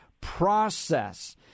process